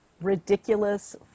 ridiculous